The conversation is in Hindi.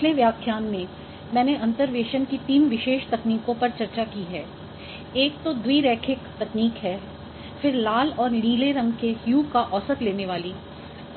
पिछले व्याख्यान में मैंने अंतर्वेशन की तीन विशेष तकनीकों पर चर्चा की है एक तो द्विरैखिक तकनीक है फिर लाल और नीले रंग के ह्यू का औसत लेने वाली